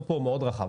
לפרשנות הוא כזה רחב